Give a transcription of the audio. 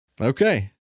Okay